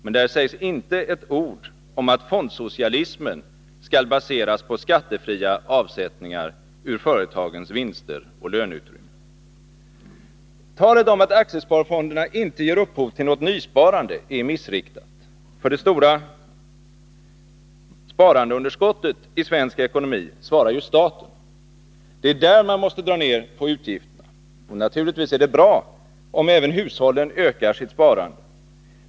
Men där sägs inte ett ord om att fondsocialismen skall baseras på skattefria avsättningar ur företagens vinster och löneutrymme. Talet om att aktiesparfonderna inte ger upphov till något nysparande är missriktat. För det stora sparandeunderskottet i svensk ekonomi svarar staten. Det är där man måste dra ner på utgifterna. Naturligtvis är det bra om även hushållen ökar sitt sparande.